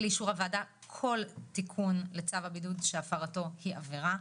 לאישור הוועדה כל תיקון לצו הבידוד שהפרתו היא עבירה,